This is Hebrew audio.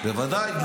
בוודאי.